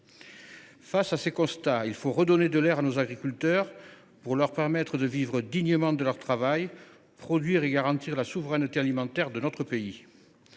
Face à ces constats, il est impératif de redonner de l’air à nos agriculteurs pour leur permettre de vivre dignement de leur travail, de produire et de garantir la souveraineté alimentaire de notre pays.